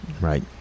Right